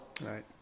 Right